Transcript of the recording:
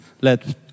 let